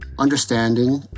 Understanding